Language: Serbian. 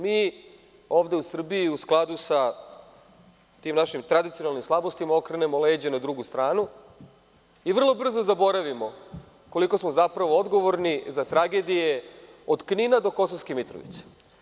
Mi ovde u Srbiji u skladu sa tim našim tradicionalnim slabostima okrenemo leđa na drugu stranu i vrlo brzo zaboravimo koliko smo zapravo odgovorni za tragedije od Knina do Kosovske Mitrovice.